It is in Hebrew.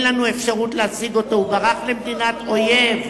אין לנו אפשרות להשיג אותו, הוא ברח למדינת אויב.